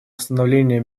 восстановления